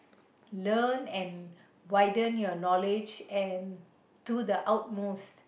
learn and widen your knowledge and to the outmost